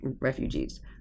refugees